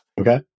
Okay